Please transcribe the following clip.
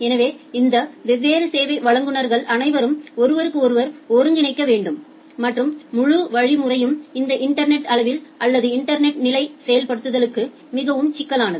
எனவே இந்த வெவ்வேறு சேவை வழங்குனர்கள் அனைவரும் ஒருவருக்கொருவர் ஒருங்கிணைக்க வேண்டும் மற்றும் முழு வழிமுறையும் இந்த இன்டர்நெட் அளவில் அல்லது இன்டர்நெட் நிலை செயல்படுத்தலுக்கு மிகவும் சிக்கலானது